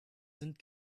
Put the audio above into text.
sind